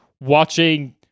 watching